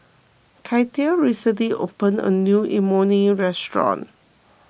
Katia recently opened a new Imoni Restaurant